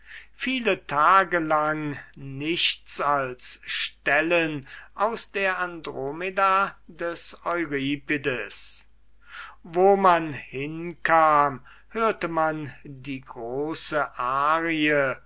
viele tage lang nichts als stellen aus der andromeda des euripides wo man hin kam hörte man die große arie